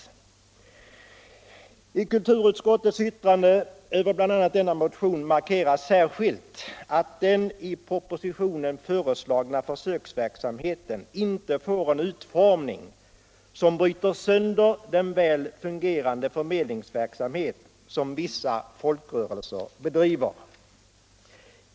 I kulturutskottets yttrande över bl.a. denna motion markeras särskilt att den i propositionen föreslagna försöksverksamheten inte får en utformning som bryter sönder den väl fungerande förmedlingsverksamhet som vissa folkrörelser bedriver.